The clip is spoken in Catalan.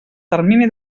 termini